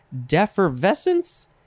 Defervescence